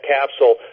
capsule